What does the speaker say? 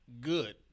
good